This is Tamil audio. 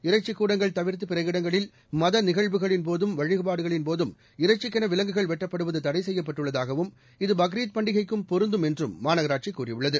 இறைச்சிக் கூடங்கள் தவிர்த்து பிற இடங்களில் மத நிகழ்வுகளின்போதும் வழிபாடுகளின்போதும் இறைச்சிக்கென விலங்குகள் வெட்டப்படுவது தடை செய்யப்பட்டுள்ளதாகவும் இது பக்ரீத் பண்டிகைக்கும் பொருந்தும் என்றும் மாநகராட்சி கூறியுள்ளது